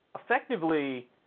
effectively